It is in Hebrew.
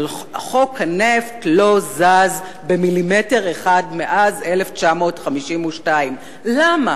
אבל חוק הנפט לא זז במילימטר אחד מאז 1952. למה?